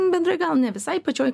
bendrai gal ne visai pačioj